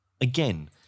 again